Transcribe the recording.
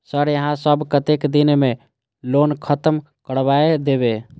Sir यहाँ सब कतेक दिन में लोन खत्म करबाए देबे?